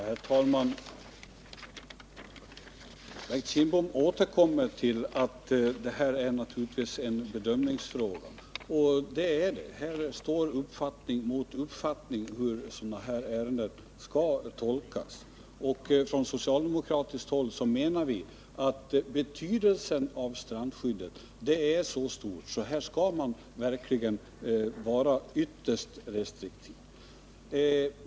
Herr talman! Bengt Kindbom återkommer till att detta är en bedömningsfråga. Det är det. Här står uppfattning mot uppfattning om hur sådana här ärenden skall handläggas. Vi socialdemokrater menar att strandskyddets betydelse är så stor att man verkligen skall vara ytterst restriktiv.